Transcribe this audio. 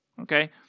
Okay